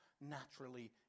naturally